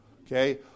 okay